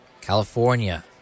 California